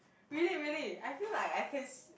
really really I feel like I can see